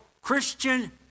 Christian